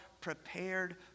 prepared